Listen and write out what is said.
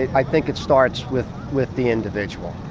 i think it starts with with the individual.